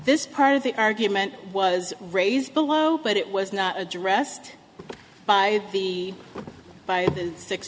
this part of the argument was raised below but it was not addressed by the six the s